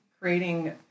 creating